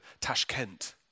Tashkent